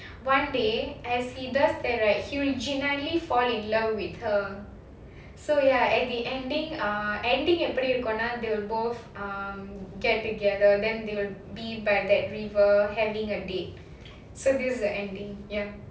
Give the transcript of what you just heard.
one day as he does that right he'll genuinely fall in love with her so ya at the ending ah ending எப்படி இருக்கும் னா:epdi irukum naa they will both get together then they will be by that river having a date so this the ending ya